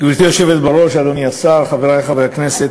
גברתי היושבת בראש, אדוני השר, חברי חברי הכנסת,